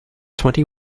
twenty